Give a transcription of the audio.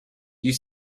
you